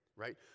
Right